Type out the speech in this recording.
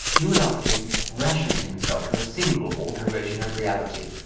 hugh lofting rationed himself to a single alteration of reality,